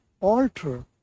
alter